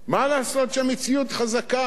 מה לעשות שהמציאות חזקה,